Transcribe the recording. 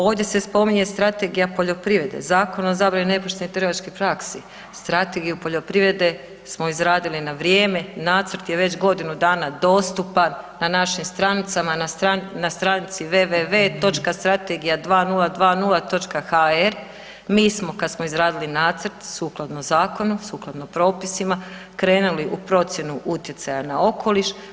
Ovdje se spominje Strategija poljoprivrede, Zakon o zabrani nepoštenih trgovački praksi, Strategiju poljoprivrede smo izradili na vrijeme, nacrt je već godinu dana dostupan na našim stranicama na stranici www.strategija2020.hr mi smo kada smo izradili nacrt sukladno zakonu, sukladno propisima krenuli u procjenu utjecaja na okoliš.